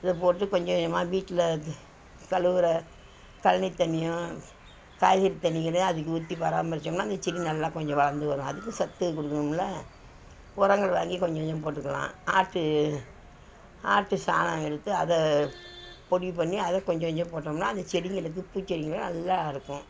அதை போட்டு கொஞ்ச கொஞ்சமாக வீட்டில கழுவுற களனி தண்ணியும் காய்கறி தண்ணிகளையும் அதுக்கு ஊற்றி பராமரிச்சோம்னால் அந்த செடி நல்லா கொஞ்சம் வளர்ந்து வரும் அதுக்கும் சத்து கொடுக்கணும்ல உரங்கள் வாங்கி கொஞ்ச கொஞ்சம் போட்டுக்கலாம் ஆட்டு ஆட்டு சாணம் எடுத்து அதை பொடி பண்ணி அதை கொஞ்ச கொஞ்சம் போட்டோம்னால் அந்த செடிங்களுக்கு பூ செடிங்கள் நல்லா இருக்கும்